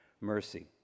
Mercy